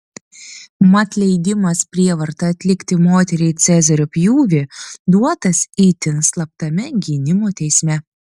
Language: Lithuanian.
mat leidimas prievarta atlikti moteriai cezario pjūvį duotas itin slaptame gynimo teisme